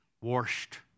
Washed